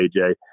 AJ